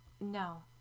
no